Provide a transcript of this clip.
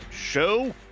Show